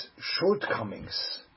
shortcomings